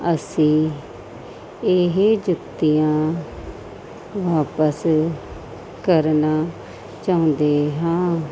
ਅਸੀਂ ਇਹ ਜੁੱਤੀਆਂ ਵਾਪਸ ਕਰਨਾ ਚਾਹੁੰਦੇ ਹਾਂ